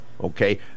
Okay